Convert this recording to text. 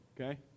okay